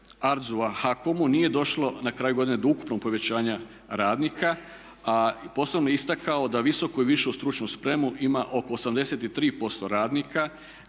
… HAKOM-u nije došlo na kraju godine do ukupnog povećanja radnika a posebno bi istakao da visoku i višu stručnu spremu ima oko 83% radnika